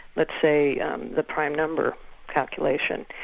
let's say um the prime number calculation.